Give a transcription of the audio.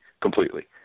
completely